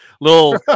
little